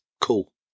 Cool